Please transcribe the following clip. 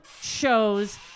shows